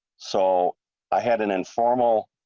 so i had an informal.